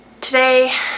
today